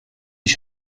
ich